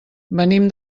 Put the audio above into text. venim